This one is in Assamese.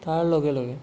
তাৰ লগে লগে